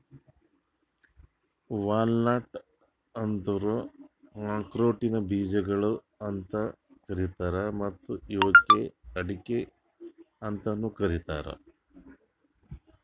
walnut ಅಂದುರ್ ಆಕ್ರೋಟಿನ ಬೀಜಗೊಳ್ ಅಂತ್ ಕರೀತಾರ್ ಮತ್ತ ಇವುಕ್ ಅಡಿಕೆ ಅಂತನು ಕರಿತಾರ್